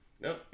no